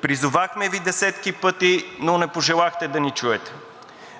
Призовахме Ви десетки пъти, но не пожелахте да ни чуете –